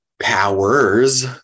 powers